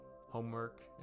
homework